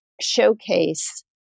showcase